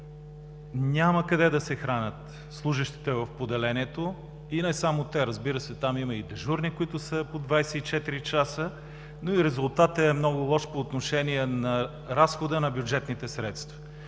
няма къде да се хранят служещите в поделението – и не само те, разбира се. Има и дежурни, които са по 24 часа там. Резултатът по отношение на разхода на бюджетните средства